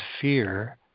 fear